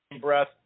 breath